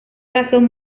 razón